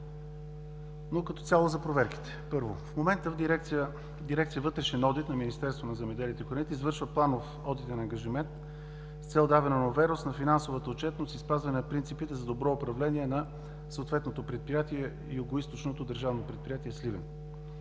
Но като цяло за проверките. Първо, в момента дирекция „Вътрешен одит“ на Министерство на земеделието и храните извършва планов одитен ангажимент с цел даване на увереност на финансовата отчетност и спазване на принципите за добро управление на съответното предприятие – Югоизточното държавно предприятие – Сливен,